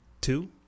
Two